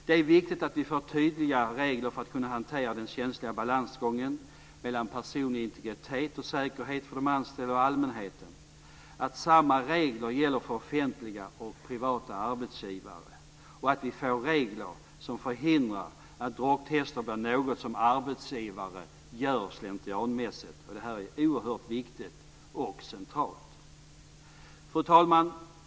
Det är viktigt att vi får tydligare regler för att kunna hantera den känsliga balansgången mellan personlig integritet och säkerhet för de anställda och allmänheten, att samma regler gäller för offentliga och privata arbetsgivare och att vi får regler som förhindrar att drogtester blir något som arbetsgivare gör slentrianmässigt. Det här är oerhört viktigt och centralt. Fru talman!